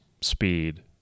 speed